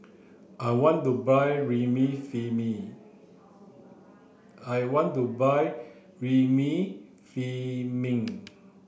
I want to buy Remifemin